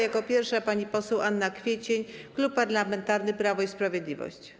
Jako pierwsza pani poseł Anna Kwiecień, Klub Parlamentarny Prawo i Sprawiedliwość.